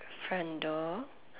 front door